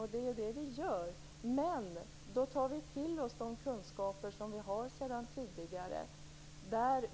Det är ju det vi gör, men då tar vi till oss de kunskaper som vi har sedan tidigare.